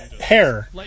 hair